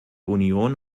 union